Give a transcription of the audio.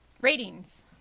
Ratings